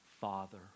father